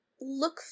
look